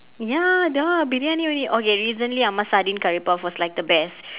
ya !duh! briyani only okay recently amma's sardine curry puff was like the best